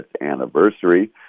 anniversary